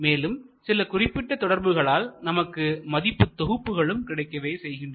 மேலும் சில குறிப்பிட்ட தொடர்புகளால் நமக்கு மதிப்பு தொகுப்புகளும் கிடைக்கவே செய்கின்றன